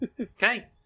Okay